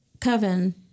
coven